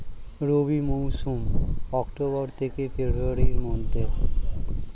রবি মৌসুম অক্টোবর থেকে ফেব্রুয়ারির মধ্যে